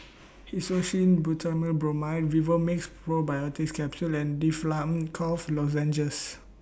Hyoscine Butylbromide Vivomixx Probiotics Capsule and Difflam Cough Lozenges